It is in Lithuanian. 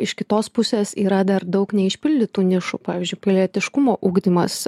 iš kitos pusės yra dar daug neužpildytų nišų pavyzdžiui pilietiškumo ugdymas